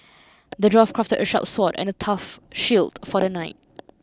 the dwarf crafted a sharp sword and a tough shield for the knight